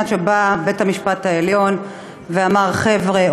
עד שבא בית-המשפט העליון ואמר: חבר'ה,